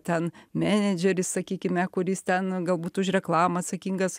ten menedžeris sakykime kuris ten galbūt už reklamą atsakingas